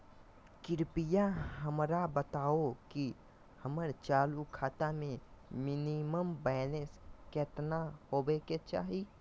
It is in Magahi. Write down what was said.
कृपया हमरा बताहो कि हमर चालू खाता मे मिनिमम बैलेंस केतना होबे के चाही